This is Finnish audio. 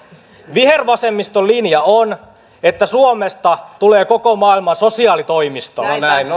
vihervasemmiston linja on että suomesta tulee koko maailman sosiaalitoimisto